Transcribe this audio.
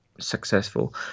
successful